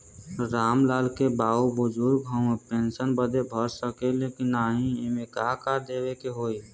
राम लाल के बाऊ बुजुर्ग ह ऊ पेंशन बदे भर सके ले की नाही एमे का का देवे के होई?